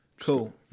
Cool